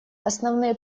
основные